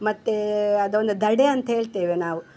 ಮತ್ತು ಅದೊಂದು ಧಡೆ ಅಂತ ಹೇಳ್ತೇವೆ ನಾವು